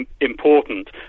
important